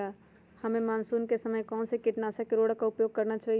हमें मानसून के समय कौन से किटनाशक या उर्वरक का उपयोग करना चाहिए?